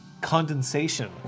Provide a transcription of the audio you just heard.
Condensation